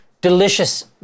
delicious